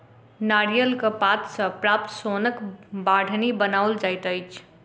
नारियलक पात सॅ प्राप्त सोनक बाढ़नि बनाओल जाइत अछि